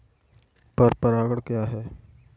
पर परागण क्या है?